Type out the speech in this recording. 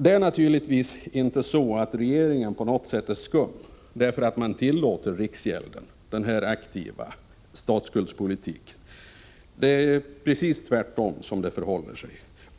Det är naturligtvis inte så att regeringen på något sätt är skum därför att den tillåter riksgälden denna aktiva statsskuldspolitik. Det förhåller sig precis tvärtom.